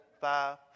five